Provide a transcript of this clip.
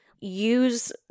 use